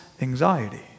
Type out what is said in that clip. anxiety